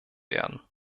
werden